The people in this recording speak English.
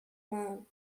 man